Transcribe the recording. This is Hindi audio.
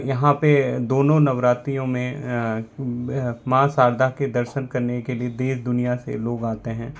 यहाँ पे दोनों नवरातियों में माँ शारदा के दर्शन करने के लिए देश दुनिया से लोग आते हैं